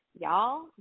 y'all